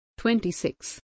26